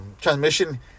transmission